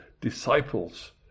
disciples